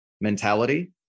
mentality